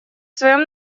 своем